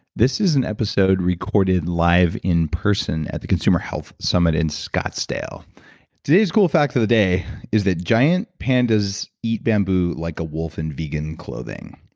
this is an episode recorded live in person at the consumer health summit in scottsdale today's cool fact for the day is that giant pandas eat bamboo like a wolf in and vegan clothing.